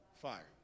fire